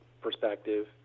perspective